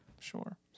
Sure